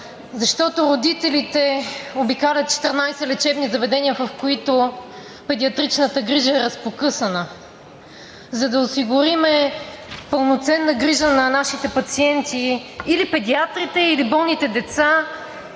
Защото родителите обикалят 14 лечебни заведения, в които педиатричната грижа е разпокъсана. За да осигурим пълноценна грижа за нашите пациенти, или педиатрите, или болните деца